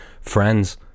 Friends